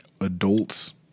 adults